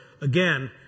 again